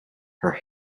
her